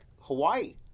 Hawaii